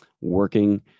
working